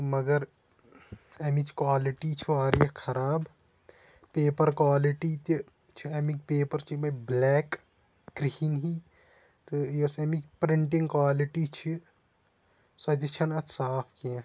تہِ مَگَر اَمِچ کالِٹی چھِ واریاہ خَراب پیپَر کالِٹی تہِ چھِ امکۍ پیپَر چھِ یِمے بِلیک کرہِن ہی تہٕ یۄس اَمِچ پرنٛٹِنٛگ کالِٹی چھِ سۄ تہِ چھَنہٕ اَتھ صاف کینٛہہ